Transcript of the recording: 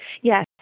Yes